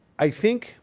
i think